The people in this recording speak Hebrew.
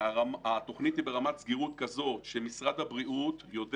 התוכנית היא ברמת סגירות כזאת שמשרד הבריאות יודע